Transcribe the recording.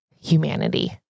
humanity